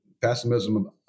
pessimism